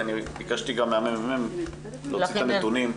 אני ביקשתי מהממ"מ להוציא את הנתונים.